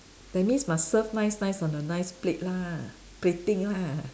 that means must serve nice nice on the nice plate lah plating lah